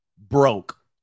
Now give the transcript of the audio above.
broke